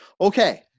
Okay